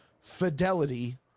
fidelity